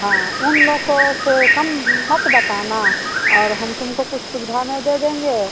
हाँ उन लोगों से कम मत बताना और हम तुमको कुछ सुविधा में दे देंगे